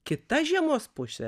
kita žiemos pusė